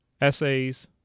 essays